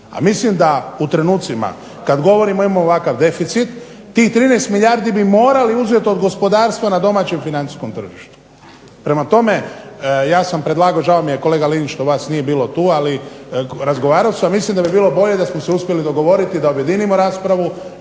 A mislim da u trenucima kad govorimo i imamo ovakav deficit tih 13 milijardi bi morali uzeti od gospodarstva na domaćem financijskom tržištu. Prema tome, ja sam predlagao, žao mi je kolega Linić što vas nije bilo tu, ali razgovarao sam, mislim da bi bilo bolje da smo se uspjeli dogovoriti da objedinimo raspravu.